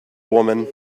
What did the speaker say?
woman